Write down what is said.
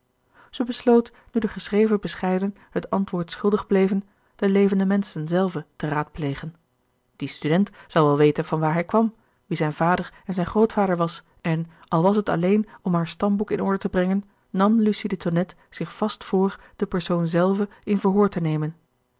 zij besloot nu de geschreven bescheiden het antwoord schuldig bleven de levende menschen zelven te raadplegen die student zou wel weten van waar hij kwam wie zijn vader en zijn grootvader was en al was het alleen om haar stamboek in orde te brengen nam lucie de tonnette zich vast voor den persoon zelven in verhoor te nemen